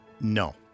No